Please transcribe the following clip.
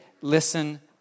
listen